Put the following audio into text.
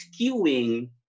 skewing